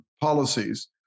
policies